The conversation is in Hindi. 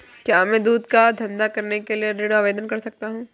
क्या मैं दूध का धंधा करने के लिए ऋण आवेदन कर सकता हूँ?